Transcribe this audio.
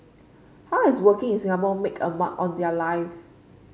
how has working in Singapore made a mark on their lives